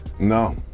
No